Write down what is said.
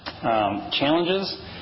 Challenges